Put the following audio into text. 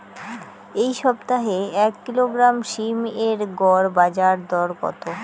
এই সপ্তাহে এক কিলোগ্রাম সীম এর গড় বাজার দর কত?